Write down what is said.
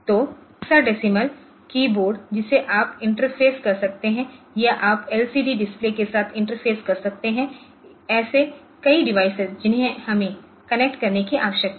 तो hexadecimal keyboard जिसे आप इंटरफेस कर सकते हैं या आप एलसीडी डिस्प्ले के साथ इंटरफेस कर सकते है ऐसे कई डिवाइस जिन्हें हमें कनेक्ट करने की आवश्यकता है